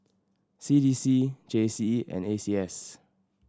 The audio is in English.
C D C J C E and A C S